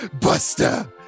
buster